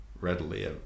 readily